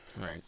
right